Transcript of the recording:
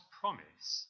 promise